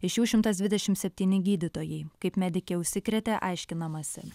iš jų šimtas dvidešimt septyni gydytojai kaip medikė užsikrėtė aiškinamasi